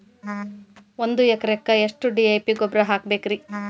ಒಂದು ಎಕರೆಕ್ಕ ಎಷ್ಟ ಡಿ.ಎ.ಪಿ ಗೊಬ್ಬರ ಹಾಕಬೇಕ್ರಿ?